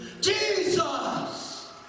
Jesus